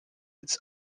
its